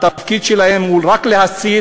התפקיד שלהם הוא רק להסית